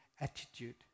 attitude